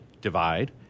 Divide